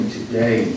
today